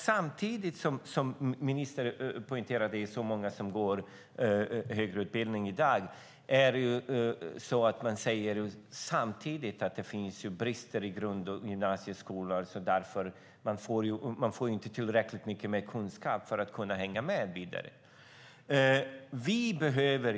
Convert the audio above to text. Samtidigt som ministern poängterar att det är så många som går högre utbildning i dag säger han att det finns brister i grund och gymnasieskolor så att elever inte får tillräckligt mycket kunskaper för att kunna hänga med vidare.